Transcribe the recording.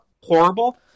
horrible